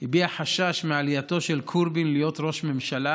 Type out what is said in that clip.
הביע חשש מעלייתו של קורבין להיות ראש ממשלה